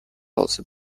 also